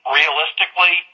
realistically